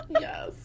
yes